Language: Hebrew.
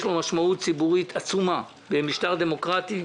לו משמעות ציבורית עצומה במשטר דמוקרטי,